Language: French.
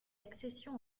accession